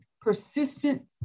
persistent